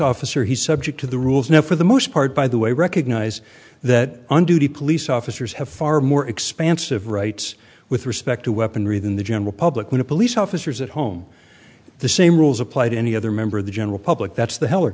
officer he's subject to the rules now for the most part by the way recognize that and duty police officers have far more expansive rights with respect to weaponry than the general public when police officers at home the same rules apply to any other member of the general public that's the hell